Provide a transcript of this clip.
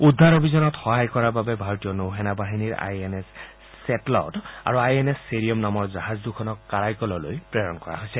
উদ্ধাৰ অভিযানত সহায় কৰাৰ বাবে ভাৰতীয় নৌ সেনা বাহিনীৰ আই এন এছ ছেটলট আৰু আই এন এছ ছেৰিয়ম নামৰ জাহাজ দুখনক কৰাইকললৈ প্ৰেৰণ কৰা হৈছে